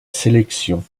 sélection